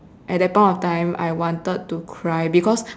at that point of time I wanted to cry because